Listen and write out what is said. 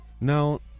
Now